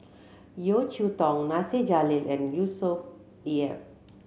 Yeo Cheow Tong Nasir Jalil and Yusnor E F